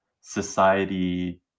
society